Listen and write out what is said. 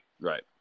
Right